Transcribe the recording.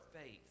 faith